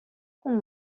خون